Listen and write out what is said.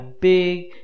Big